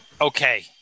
Okay